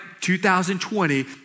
2020